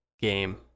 game